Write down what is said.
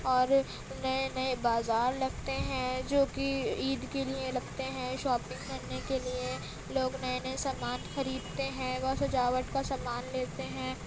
اور نئے نئے بازار لگتے ہیں جوکہ عید کے لیے لگتے ہیں شاپنگ کرنے کے لیے لوگ نئے نئے سامان خریدتے ہیں وہ سجاوٹ کا سامان لیتے ہیں